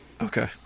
Okay